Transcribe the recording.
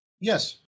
Yes